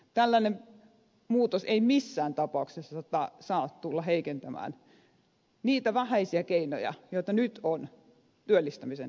tällainen muutos ei missään tapauksessa saa tulla heikentämään niitä vähäisiä keinoja joita nyt on työllistämisen parantamiseksi